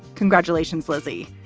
congratulations, lizzie.